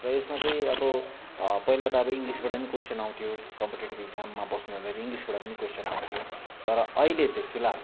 र यसमा चाहिँ अब पहिला त अब इङ्ग्लिसबाट पनि कोइसन आउँथ्यो कम्पिटेटिभ इक्जाममा बस्नु जाँदाखेरि इङ्ग्लिसबाट पनि कोइसन आउँथ्यो तर अहिले चाहिँ फिलहाल